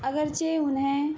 اگرچہ انہیں